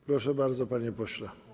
Proszę bardzo, panie pośle.